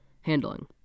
Handling